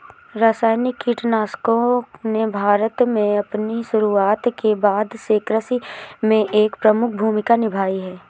रासायनिक कीटनाशकों ने भारत में अपनी शुरूआत के बाद से कृषि में एक प्रमुख भूमिका निभाई हैं